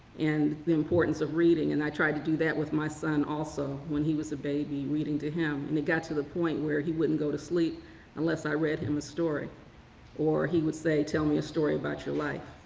and the importance of reading and i tried to do with my son also when he was a baby, reading to him. and it got to the point where he wouldn't go to sleep unless i read him a story or he would say, tell me a story about your life.